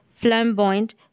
flamboyant